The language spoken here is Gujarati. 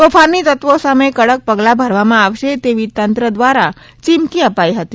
તોફાની તત્વો સામે કડક પગલા ભરવામા આવશે તેવી તંત્ર દ્વારા ચીમકી અપાઇ હતી